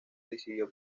decidió